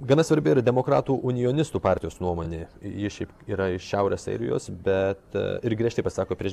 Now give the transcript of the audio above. gana svarbi ir demokratų unijonistų partijos nuomonė ji šiaip yra iš šiaurės airijos bet ir griežtai pasisako prieš